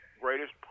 Greatest